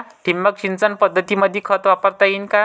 ठिबक सिंचन पद्धतीमंदी खत वापरता येईन का?